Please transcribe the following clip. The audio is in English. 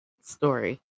story